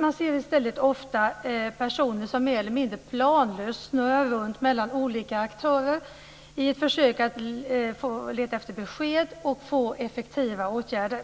Man ser i stället ofta att de mer eller mindre planlöst snurrar runt mellan olika aktörer i ett försök att leta efter besked och få effektiva åtgärder.